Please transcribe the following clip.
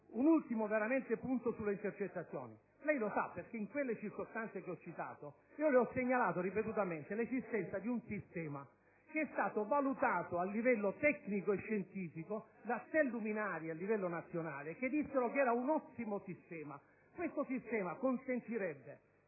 ci siamo. Sempre per quanto riguarda le intercettazioni, lei sa, perché in quelle circostanze che ho citato glielo ho segnalato ripetutamente, che esiste un sistema che è stato valutato a livello tecnico e scientifico da tre luminari a livello nazionale, che dissero che era un ottimo sistema. Esso consentirebbe